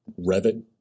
Revit